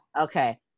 Okay